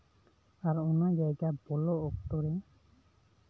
ᱟᱨ ᱚᱱᱟ ᱡᱟᱭᱜᱟ ᱵᱚᱞᱚ ᱚᱠᱛᱚᱨᱮ